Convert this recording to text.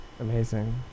Amazing